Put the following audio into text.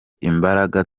imbaraga